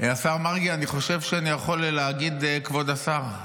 השר מרגי, אני חושב שאני יכול להגיד "כבוד השר"